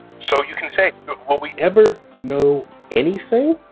so you can say, will we ever know anything?